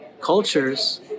cultures